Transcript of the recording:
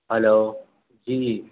hello جی